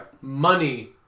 money